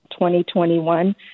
2021